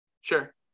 Sure